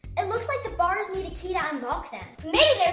it looks like the bars need a key to unlock them. maybe